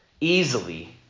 easily